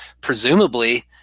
presumably